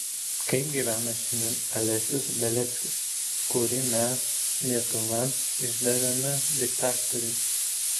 kaip gyvena šiandien alesis beliackis kurį mes lietuva išdavėme diktatoriui